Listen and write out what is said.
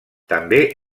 també